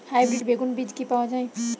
Hybrid বেগুন বীজ কি পাওয়া য়ায়?